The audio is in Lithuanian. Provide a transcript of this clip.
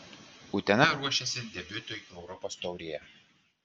utena ruošiasi debiutui europos taurėje